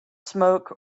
smoke